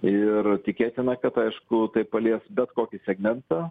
ir tikėtina kad aišku tai palies bet kokį segmentą